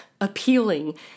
appealing